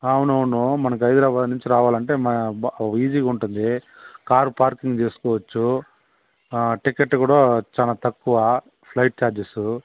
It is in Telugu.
అవునవును మనకి హైదరాబాదు నుంచి రావాలంటే మ ఈసీగా ఉంటుంది కారు పార్కింగ్ చేసుకోవచ్చు ఆ టికెట్ కూడా చాలా తక్కువ ఫ్లైట్ చార్జెస్